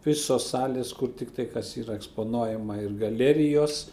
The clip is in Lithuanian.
visos salės kur tiktai kas yra eksponuojama ir galerijos